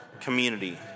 community